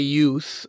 youth